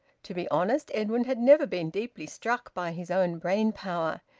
to be honest, edwin had never been deeply struck by his own brain power.